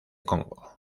congo